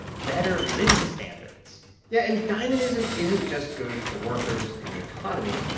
better living standards yeah, and dynamism isn't just good for workers and the economy.